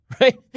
Right